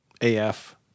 AF